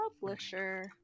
Publisher